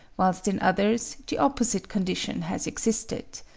whilst in others the opposite condition has existed.